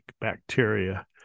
bacteria